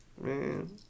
Man